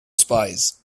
spies